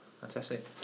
fantastic